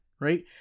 right